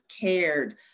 cared